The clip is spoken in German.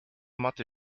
matte